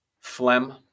Phlegm